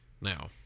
now